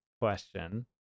question